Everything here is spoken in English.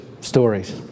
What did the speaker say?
stories